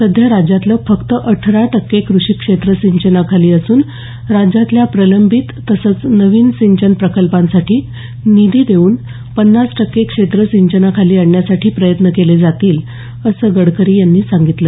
सध्या राज्यातलं फक्त अठरा टक्के कृषीक्षेत्र सिंचनाखाली असून राज्यातल्या प्रलंबित तसंच नवीन सिंचन प्रकल्पांसाठी निधी देऊन पन्नास टक्के क्षेत्र सिंचनाखाली आणण्यासाठी प्रयत्न केले जातील असं गडकरी यांनी सांगितलं